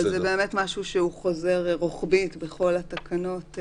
זה באמת משהו שחוזר רוחבית בכל התקנות.